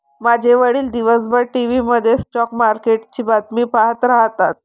माझे वडील दिवसभर टीव्ही मध्ये स्टॉक मार्केटची बातमी पाहत राहतात